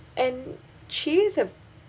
and she is a